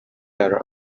are